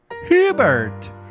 Hubert